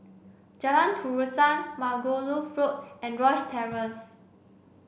Jalan Terusan Margoliouth Road and Rosyth Terrace